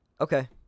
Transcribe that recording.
okay